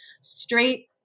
straight